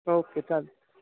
okay चालेल